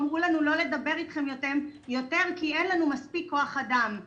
אמרו לנו לא לדבר איתכם יותר כי אין לנו מספיק כוח אדם.